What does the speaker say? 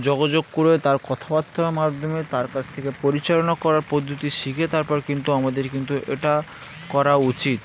যোগাযোগ করে তার কথাবার্তার মাধ্যমে তার কাছ থেকে পরিচালনা করার পদ্ধতি শিখে তারপর কিন্তু আমাদের কিন্তু এটা করা উচিত